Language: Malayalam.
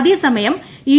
അതേ സമയം യു